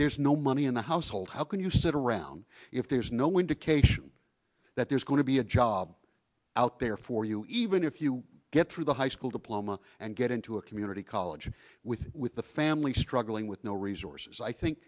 there's no money in the household how can you sit around if there's no indication that there's going to be a job out there for you even if you get through the high school diploma and get into a community college with with the family struggling with no resources i think